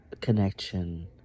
connection